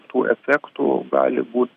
tų efektų gali būt